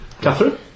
Catherine